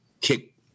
kick